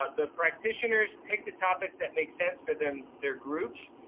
but the practitioners pick the topics that makes sense for them, their groups,